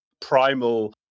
primal